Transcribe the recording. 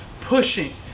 pushing